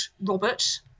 Robert